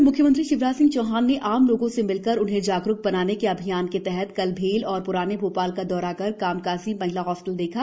उधर म्ख्यमंत्री शिवराज सिंह ने आम लोगों से मिलकर उन्हें जागरूक बनाने के अभियान के तहत कल भेल और प्राने भोपाल का दौरा कर कामकाजी महिला हॉस्टल देखा